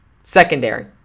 Secondary